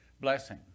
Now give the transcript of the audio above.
Blessing